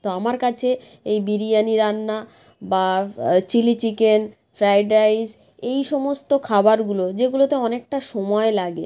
তো আমার কাছে এই বিরিয়ানি রান্না বা চিলি চিকেন ফ্রায়েড রাইস এই সমস্ত খাবারগুলো যেগুলোতে অনেকটা সময় লাগে